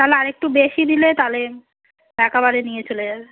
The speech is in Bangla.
তাহলে আরে একটু বেশি দিলে তহলে একবারে নিয়ে চলে যাবে